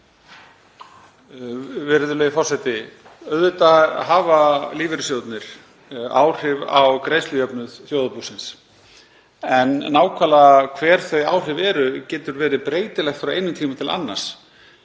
Virðulegi forseti. Auðvitað hafa lífeyrissjóðirnir áhrif á greiðslujöfnuð þjóðarbúsins en nákvæmlega hver þau áhrif eru getur verið breytilegt frá einum tíma til annars.